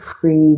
free